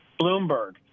Bloomberg